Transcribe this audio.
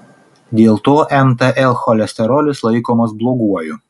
dėl to mtl cholesterolis laikomas bloguoju